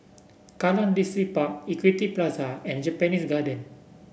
Kallang Distripark Equity Plaza and Japanese Garden